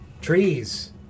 trees